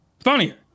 Funnier